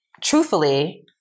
truthfully